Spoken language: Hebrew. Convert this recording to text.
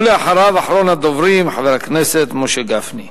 ולאחריו, אחרון הדוברים, חבר הכנסת משה גפני.